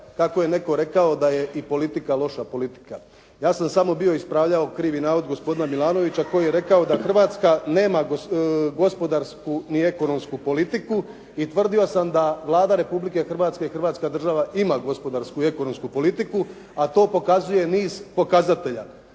kako je netko rekao da je i politika loša politika. Ja sam samo bio ispravljao krivi navod gospodina Milanovića koji je rekao da Hrvatska nema ni gospodarsku i ekonomsku politiku. I tvrdio sam da Vlada Republike Hrvatske i Hrvatska država ima gospodarsku i ekonomsku politiku, a to pokazuje niz pokazatelja.